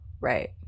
right